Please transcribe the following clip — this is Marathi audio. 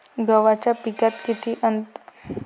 गव्हाच्या पिकात किती अंतर ठेवाव म्हनजे आवक जास्त होईन?